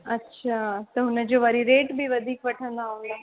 अच्छा त हुन जो वरी रेट बि वधीक वठंदा हूंदा